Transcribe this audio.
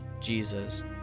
Jesus